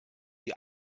sie